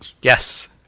Yes